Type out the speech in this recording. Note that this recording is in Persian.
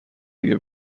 دیگه